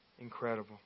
incredible